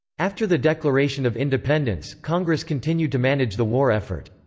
after the declaration of independence, congress continued to manage the war effort.